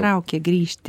traukia grįžti